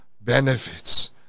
benefits